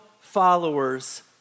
followers